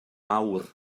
awr